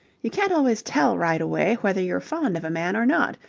you can't always tell right away whether you're fond of a man or not.